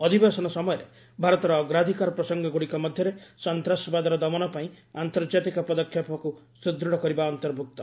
ଅଧିବେଶନ ସମୟରେ ଭାରତର ଅଗ୍ରାଧିକାର ପ୍ରସଙ୍ଗଗୁଡ଼ିକ ମଧ୍ୟରେ ସନ୍ତାସବାଦର ଦମନ ପାଇଁ ଆନ୍ତର୍ଜାତିକ ପଦକ୍ଷେପକୁ ସୁଦୃଢ଼ କରିବା ଅନ୍ତର୍ଭୁକ୍ତ